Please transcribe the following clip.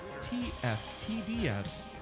TFTDS